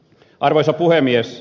arvoisa puhemies